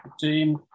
team